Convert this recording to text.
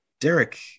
Derek